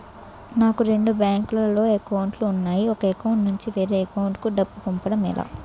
నాకు రెండు బ్యాంక్ లో లో అకౌంట్ లు ఉన్నాయి ఒక అకౌంట్ నుంచి వేరే అకౌంట్ కు డబ్బు పంపడం ఎలా?